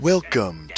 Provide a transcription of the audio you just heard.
Welcome